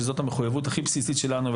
שזאת המחויבות הכי בסיסית שלנו,